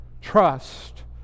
trust